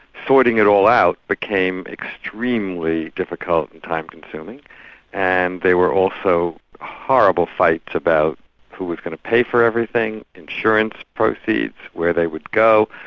sorting it all out became extremely difficult and time-consuming, and there were also horrible fights about who was going to pay for everything, insurance proceeds, where they would go,